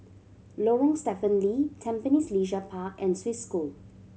Lorong Stephen Lee Tampines Leisure Park and Swiss School